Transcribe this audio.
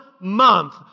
month